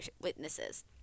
witnesses